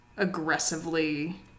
Aggressively